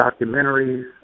documentaries